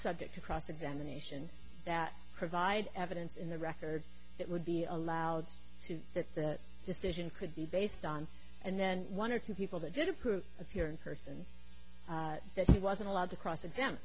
subject to cross examination that provide evidence in the record that would be allowed to that decision could be based on and then one or two people that did who appear in person that he wasn't allowed to cross exam